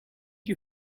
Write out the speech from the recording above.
you